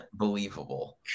unbelievable